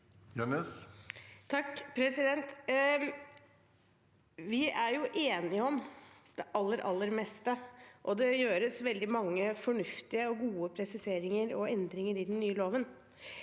(H) Vi er enige om det aller, aller meste, og det gjøres veldig mange fornuftige og gode presiseringer og endringer i den nye loven.